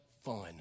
fun